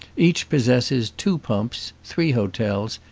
each possesses two pumps, three hotels,